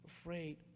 afraid